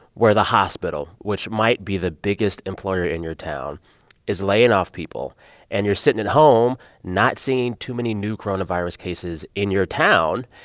where the hospital which might be the biggest employer in your town is laying off people and you're sitting at home not seeing too many new coronavirus cases in your town,